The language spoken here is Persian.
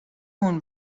اون